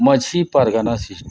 Majhi Pargana system